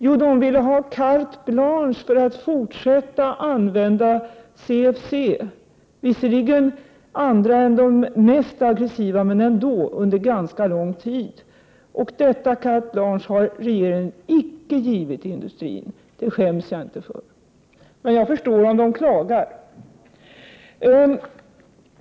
Jo, de ville ha carte blanche för att fortsätta använda CFC, visserligen andra än de mest aggressiva, men under ganska lång tid. Detta carte blanche har regeringen icke givit industrin. Det skäms jag inte för. Men jag förstår om de klagar.